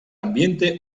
ambiente